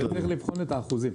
צריך לבחון את האחוזים.